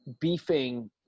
beefing